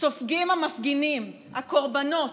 סופגים המפגינים, הקורבנות.